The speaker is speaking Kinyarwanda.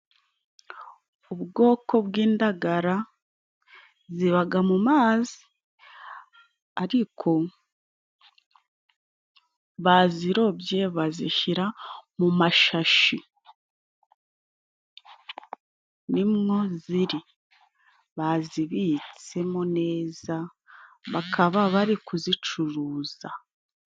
Ubwoko bw'indagara zibaga mu mazi, ariko bazirobye bazishira mu mashashi nimwo ziri. Bazibitsemo neza bakaba bari kuzicuruza.